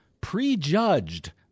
prejudged